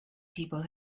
people